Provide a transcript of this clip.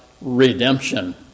redemption